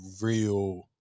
real